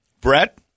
Brett